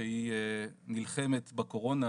שהיא נלחמת בקורונה